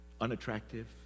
Unattractive